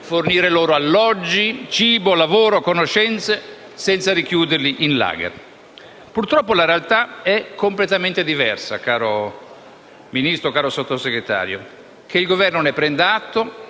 fornire loro alloggi, cibo, lavoro e conoscenze, senza richiuderli in *lager*. Purtroppo la realtà è completamente diversa, caro Vice Ministro: che il Governo ne prenda atto